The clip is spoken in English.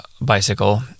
bicycle